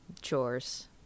chores